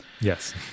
Yes